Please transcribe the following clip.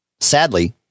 Sadly